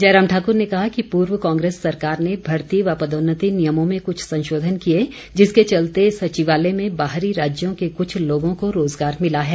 जयराम ठाकुर ने कहा कि पूर्व कांग्रेस सरकार ने भर्ती व पदोन्नति नियमों में कुछ संशोधन किए जिसके चलते सचिवालय में बाहरी राज्यों के कुछ लोगों को रोज़गार मिला है